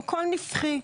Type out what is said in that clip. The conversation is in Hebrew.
הכל נפחי.